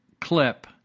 clip